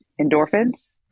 endorphins